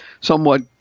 somewhat